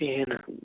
کِہیٖنۍ نہٕ